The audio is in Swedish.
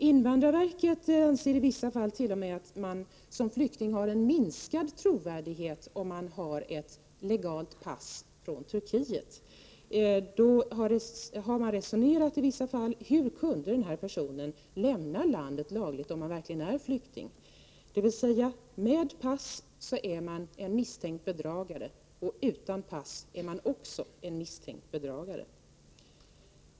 Invandrarverket anser i vissa fall t.o.m. att man som flykting har en minskad trovärdighet om man har ett legalt pass och kommer från Turkiet. I vissa fall har man resonerat så här: Hur kunde personen lämna landet lagligt om han verkligen är flykting? Med pass är man alltså en misstänkt bedragare. Utan pass är man också en misstänkt bedragare.